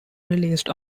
released